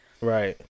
Right